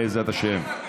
בעזרת השם.